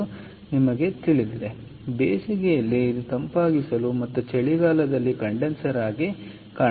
ಆದ್ದರಿಂದ ಇದು ತಂಪಾಗಿಸಲು ಮತ್ತು ಚಳಿಗಾಲದಲ್ಲಿ ಕಂಡೆನ್ಸರ್ ಆಗಿ ಕಾರಣವಾಗುತ್ತದೆ